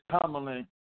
commonly